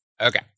Okay